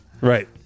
Right